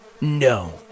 No